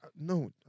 No